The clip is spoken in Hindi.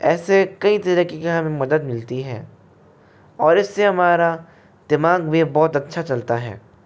ऐसे कई तरीके की हमें मदद मिलती है और इससे हमारा दिमाग भी बहुत अच्छा चलता है